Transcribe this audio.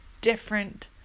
different